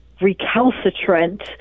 recalcitrant